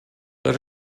let